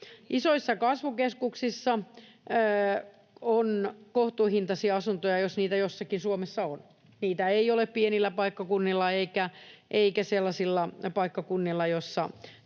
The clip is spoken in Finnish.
Isoissa kasvukeskuksissa on kohtuuhintaisia asuntoja, jos niitä jossakin Suomessa on. Niitä ei ole pienillä paikkakunnilla eikä sellaisilla paikkakunnilla, joilla